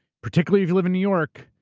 particularly if you live in new york,